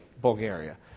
Bulgaria